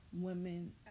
women